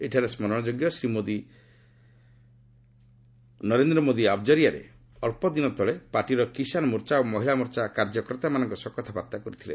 ଏଠାରେ ସ୍କରଣଯୋଗ୍ୟ ଶ୍ରୀ ମୋଦି ନରେନ୍ଦ୍ର ମୋଦି ଆପ୍ କରିଆରେ ଅକ୍ଷଦିନ ତଳେ ପାର୍ଟିର କିଷାନ୍ ମୋର୍ଚ୍ଚା ଓ ମହିଳା ମୋର୍ଚ୍ଚା କାର୍ଯ୍ୟକର୍ତ୍ତାମାନଙ୍କ ସହ କଥାବାର୍ତ୍ତା କରିଥିଲେ